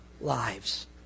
lives